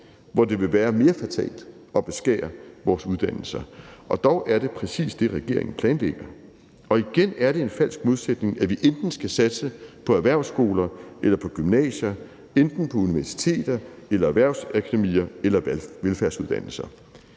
hvor det ville være mere fatalt at beskære vores uddannelser. Og dog er det præcis det, regeringen planlægger. Og igen er det en falsk modsætning, at vi enten skal satse på erhvervsskoler eller på gymnasier, enten på universiteter eller erhvervsakademier eller velfærdsuddannelser.